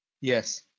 Yes